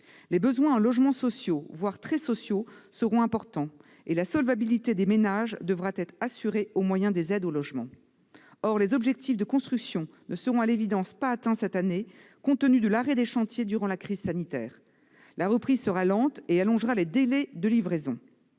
Les besoins en logements sociaux, voire très sociaux, seront importants, et la solvabilité des ménages devra être assurée au moyen des aides au logement. Or les objectifs de construction ne seront à l'évidence pas atteints cette année, compte tenu de l'arrêt des chantiers durant la crise sanitaire. La reprise sera lente et allongera les délais de livraison.